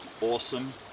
awesome